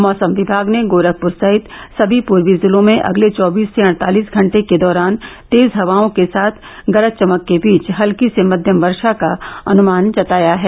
मौसम विभाग ने गोरखपुर सहित सभी पूर्वी जिलों में अगले चौबीस से अड़तालिस घंटे के दौरान तेज हवाओं के साथ गरज चमक के बीच हल्की से मध्यम वर्शा का अनुमान जताया है